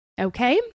Okay